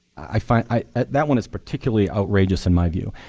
i mean that one is particularly outrageous in my view.